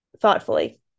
thoughtfully